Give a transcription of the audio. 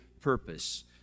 purpose